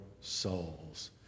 souls